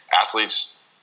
athletes